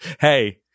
Hey